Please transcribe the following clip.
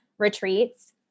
Retreats